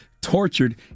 tortured